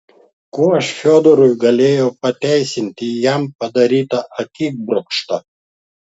kuo aš fiodorui galėjau pateisinti jam padarytą akibrokštą